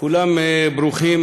כולם ברוכים.